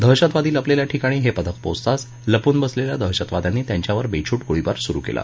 दहशतवादी लपलेल्या ठिकाणी हे पथक पोचताच लपून बसलेल्या दहशतवाद्यांनी त्यांच्यावर बेछूट गोळीबार सुरु केला